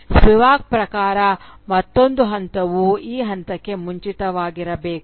Spivak ಪ್ರಕಾರ ಮತ್ತೊಂದು ಹಂತವು ಈ ಹಂತಕ್ಕೆ ಮುಂಚಿತವಾಗಿರಬೇಕು